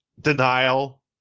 denial